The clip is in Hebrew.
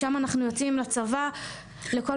משם אנחנו יוצאים לצבא לכל מקום.